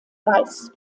weiß